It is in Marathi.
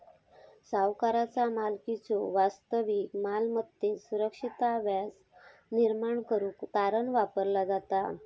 सावकाराचा मालकीच्यो वास्तविक मालमत्तेत सुरक्षितता व्याज निर्माण करुक तारण वापरला जाता